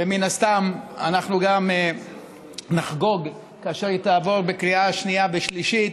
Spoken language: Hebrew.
ומן הסתם אנחנו גם נחגוג כאשר היא תעבור בקריאה שנייה ושלישית.